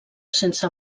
sense